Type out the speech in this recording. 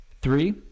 Three